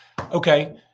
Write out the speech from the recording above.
okay